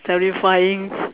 terrifying